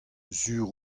sur